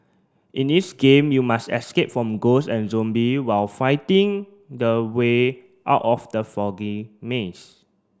in this game you must escape from ghost and zombie while finding the way out of the foggy maze